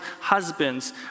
husbands